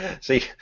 See